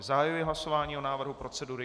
Zahajuji hlasování o návrhu procedury.